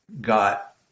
got